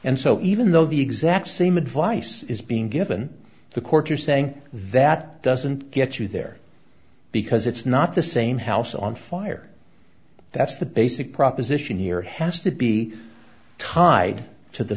and so even though the exact same advice is being given the courts are saying that doesn't get you there because it's not the same house on fire that's the basic proposition here has to be tied to the